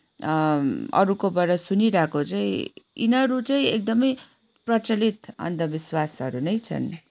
अरूकोबाट सुनिरहेको चाहिँ यिनीहरू चाहिँ एकदमै प्रचलित अन्धविश्वासहरू नै छन्